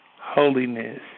holiness